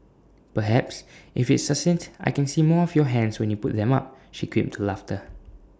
perhaps if it's succinct I can see more of your hands when you put them up she quipped to laughter